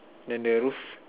then the roof